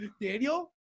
Daniel